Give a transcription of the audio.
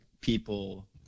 people